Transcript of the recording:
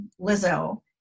Lizzo